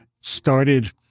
started